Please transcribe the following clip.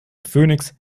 phönix